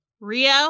Rio